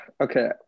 Okay